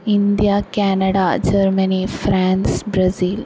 India Canada Germany France Brazil